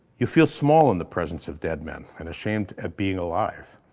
you feel small in the presence of dead men and ashamed at being alive.